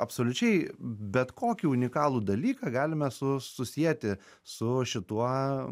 absoliučiai bet kokį unikalų dalyką galime su susieti su šituo